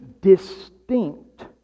distinct